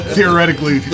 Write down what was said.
Theoretically